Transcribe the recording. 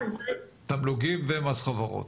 תמלוגים ומס חברות.